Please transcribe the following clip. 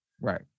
Right